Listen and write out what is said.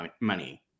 money